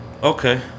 Okay